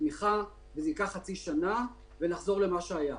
ותמיכה וזה ייקח חצי שנה ונחזור למה שהיה.